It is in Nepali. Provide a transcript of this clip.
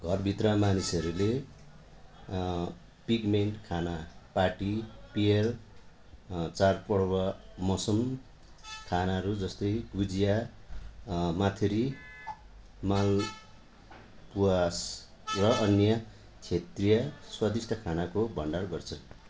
घरभित्र मानिसहरूले पिगमेन्ट खाना पार्टी पेय र चाडपर्व मौसमी खानाहरू जस्तै गुजिया मथरी मालपुआस र अन्य क्षेत्रीय स्वादिष्ट खानाको भण्डार गर्छन्